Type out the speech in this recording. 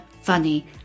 funny